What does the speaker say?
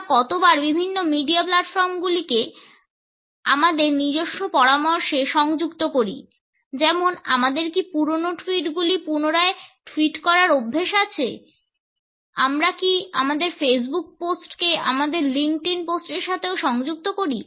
আমরা কতবার বিভিন্ন মিডিয়া প্ল্যাটফর্মগুলিকে আমাদের নিজস্ব পরামর্শে সংযুক্ত করি যেমন আমাদের কী পুরনো টুইট গুলি পুনরায় টুইট করার অভ্যাস আছে আমরা কি আমাদের ফেসবুক পোস্টকে আমাদের লিঙ্কডিন পোস্টের সাথেও সংযুক্ত করি